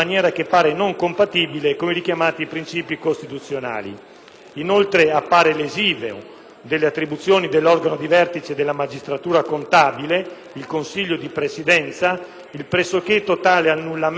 Inoltre, appare lesivo delle attribuzioni dell'organo di vertice della magistratura contabile, il Consiglio di Presidenza, il pressoché totale annullamento, a vantaggio del solo Presidente, delle sue funzioni